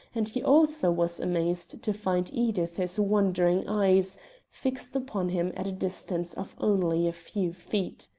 and he also was amazed to find edith's wondering eyes fixed upon him at a distance of only a few feet.